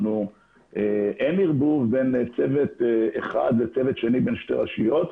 אין ערבוב בין צוות אחד לצוות שני בין שתי רשויות.